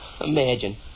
Imagine